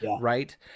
right